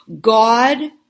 God